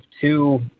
two